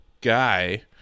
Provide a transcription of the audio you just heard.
guy